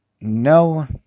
No